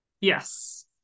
yes